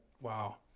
Wow